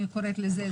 אני קוראת לזה,